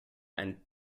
ein